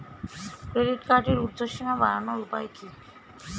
Credit কার্ডের উর্ধ্বসীমা বাড়ানোর উপায় কি?